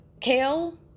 Kale